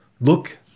look